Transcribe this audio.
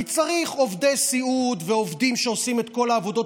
כי צריך עובדי סיעוד ועובדים שעושים את כל העבודות